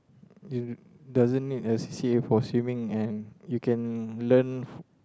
you doesn't need a c_c_a for swimming and you can learn